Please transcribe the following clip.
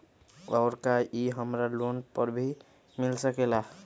और का इ हमरा लोन पर भी मिल सकेला?